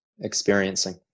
Experiencing